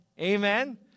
Amen